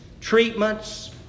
treatments